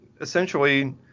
Essentially